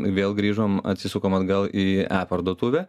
vėl grįžom atsisukom atgal į e parduotuvę